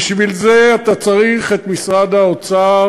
בשביל זה אתה צריך את משרד האוצר.